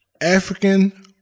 African